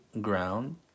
ground